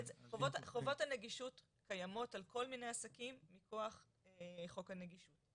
חובות הנגישות קיימות על כל עסקים מכוח חוק הנגישות.